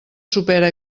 supera